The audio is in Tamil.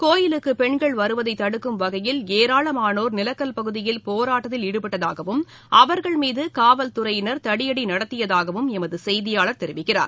கோயிலுக்கு பெண்கள் வருவதை தடுக்கும் வகையில் ஏராளமானோர் நிலக்கல் பகுதியில் போராட்டத்தில் ஈடுபட்டதாகவும் அவர்கள் மீது காவல் துறையினர் தடியடி நடத்தியதாகவும் எமது செய்தியாளர் தெரிவிக்கிறார்